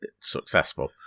successful